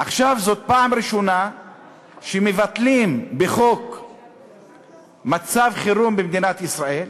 עכשיו זאת הפעם הראשונה שמבטלים בחוק מצב חירום במדינת ישראל,